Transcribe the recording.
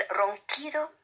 ronquido